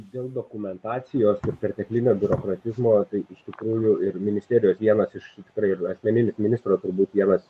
dėl dokumentacijos ir perteklinio biurokratizmo tai iš tikrųjų ir ministerijos vienas iš tikrai ir asmeninis ministro turbūt vienas